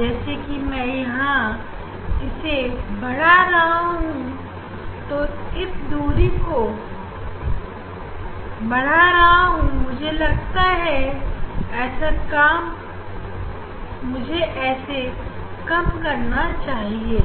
जैसे कि मैं यहां इसे बढ़ा रहा हूं इस दूरी को बढ़ा रहा हूं मुझे लगता है मुझे ऐसे कम करना चाहिए